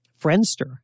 Friendster